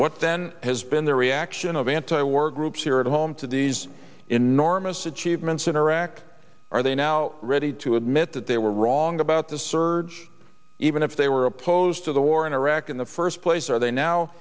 what then has been the reaction of anti war groups here at home to these enormous achievements in iraq are they now ready to admit that they were wrong about the surge even if they were opposed to the war in iraq in the first place are they now